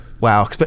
wow